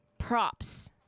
Props